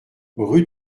rue